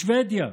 בשבדיה,